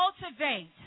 cultivate